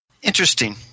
Interesting